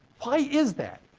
why is that?